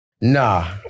Nah